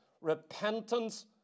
Repentance